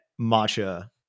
matcha